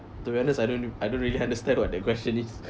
to be honest I don't I don't really understand what that question is